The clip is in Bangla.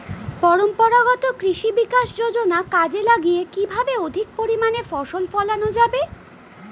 পরম্পরাগত কৃষি বিকাশ যোজনা কাজে লাগিয়ে কিভাবে অধিক পরিমাণে ফসল ফলানো যাবে?